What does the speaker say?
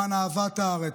למען אהבת הארץ,